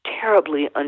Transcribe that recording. terribly